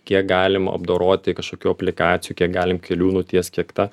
kiek galima apdoroti kažkokių aplikacijų kiek galim kelių nutiest kiek tą